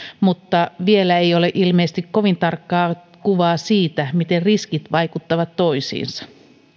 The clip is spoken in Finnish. mutta vielä ei ole ilmeisesti kovin tarkkaa kuvaa siitä miten riskit vaikuttavat toisiinsa